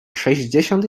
sześćdziesiąt